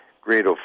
great